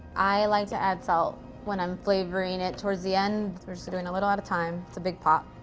i like to add salt when i'm flavoring it towards the end. we're just so doing a little at a time. it's a big pot.